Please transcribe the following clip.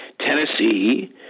Tennessee